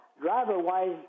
driver-wise